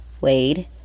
Wade